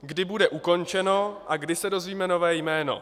Kdy bude ukončeno a kdy se dozvíme nové jméno?